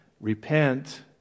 repent